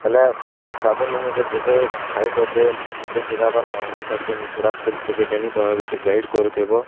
ହେଲା ତୁମ ବାବୁ ନନିକେ ଯେତେ ଖ୍ୱାଇସ୍ ଅଛେ ଯେତେ ଶୀଘ୍ର ମନୋଭାବ କରଛେ ମୁଁ ପୁରା ଫୁଲ ଶିଖେଇଦେମି ତୁମେ ବି ଟିକେ ଗାଇଡ୍ କରୁଥିବ